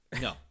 no